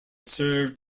served